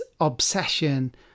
obsession